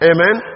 Amen